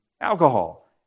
alcohol